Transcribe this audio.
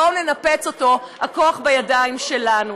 בואו ננפץ אותו, הכוח בידיים שלנו.